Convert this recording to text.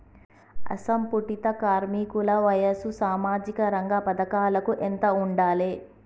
అసంఘటిత కార్మికుల వయసు సామాజిక రంగ పథకాలకు ఎంత ఉండాలే?